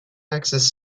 axis